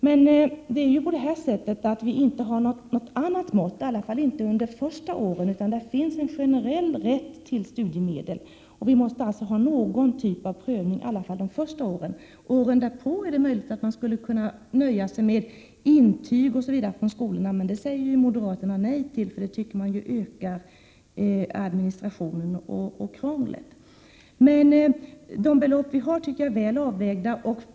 Men vi har inget annat mått i alla fall under de första åren. Då har man generell rätt till studiemedel. Vi måste alltså ha någon typ av prövning under de första åren. Åren därpå kanske man kan nöja sig med intyg osv. från skolan. Men det säger moderaterna nej till, för de tycker det ökar administrationen och krånglet. De fastställda beloppen är väl avvägda.